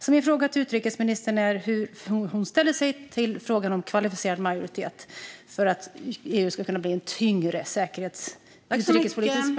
Min fråga till utrikesministern är hur hon ställer sig till frågan om kvalificerad majoritet för att EU ska kunna bli en tyngre säkerhets och utrikespolitisk spelare.